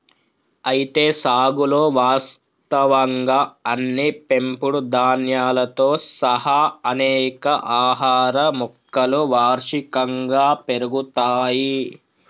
అయితే సాగులో వాస్తవంగా అన్ని పెంపుడు ధాన్యాలతో సహా అనేక ఆహార మొక్కలు వార్షికంగా పెరుగుతాయి